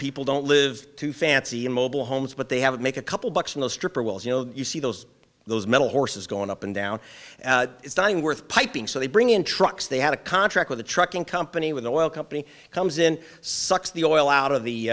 people don't live to fancy a mobile homes but they have make a couple bucks in the stripper wells you know you see those those metal horses going up and down it's not even worth piping so they bring in trucks they have a contract with a trucking company when the oil company comes in sucks the oil out of the